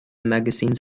magazines